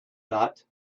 that